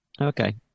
Okay